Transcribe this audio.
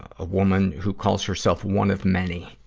a woman who calls herself one of many.